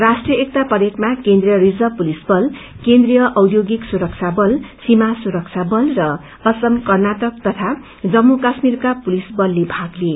राष्ट्रीय एकता परेडमा केन्द्रीय रिजर्व पुलिस बल केन्द्रीय औद्योगिक सुरक्षा वल सीमा सुरक्षा वल र आसाम कर्नाटक तथा जम्मू काश्मीरका पुलिस बलल भाग लिए